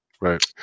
Right